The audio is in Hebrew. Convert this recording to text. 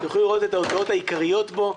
תוכלו לראות את ההוצאות העיקריות בו.